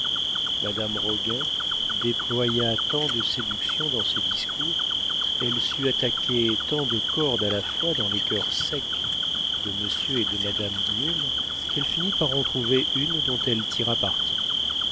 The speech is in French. madame roguin déploya tant de séductions dans ses discours elle sut attaquer tant de cordes à la fois dans les coeurs secs de monsieur et de madame guillaume qu'elle finit par en trouver une dont elle tira